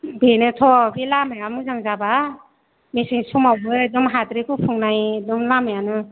बेनोथ' बे लामाया मोजां जाबा मेसें समावबो एगदम हाद्रि गुफुंनायजों लामायानो